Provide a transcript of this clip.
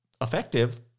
effective